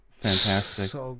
Fantastic